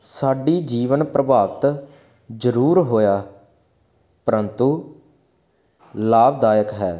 ਸਾਡੀ ਜੀਵਨ ਪ੍ਰਭਾਵਿਤ ਜ਼ਰੂਰ ਹੋਇਆ ਪ੍ਰੰਤੂ ਲਾਭਦਾਇਕ ਹੈ